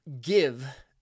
give